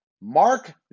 Mark